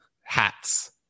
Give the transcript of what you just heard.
Hats